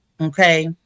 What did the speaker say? Okay